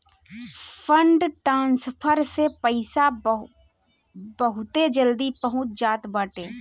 fund transfer से पईसा बहुते जल्दी पहुंच जात बाटे